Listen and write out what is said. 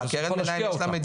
שאסור לך להשקיע